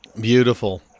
Beautiful